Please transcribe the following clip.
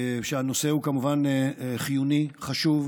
שהנושא הוא כמובן חיוני, חשוב.